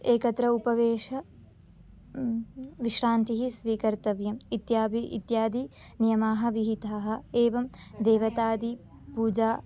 एकत्र उपविश्य विश्रान्तिः स्वीकर्तव्या इत्यादिः इत्यादि नियमाः विहिताः एवं देवतादिपूजा